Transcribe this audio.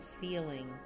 feeling